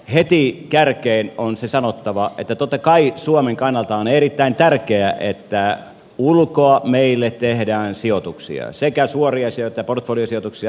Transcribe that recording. heti kärkeen on se sanottava että totta kai suomen kannalta on erittäin tärkeää että ulkoa meille tehdään sijoituksia sekä suoria sijoituksia että portfoliosijoituksia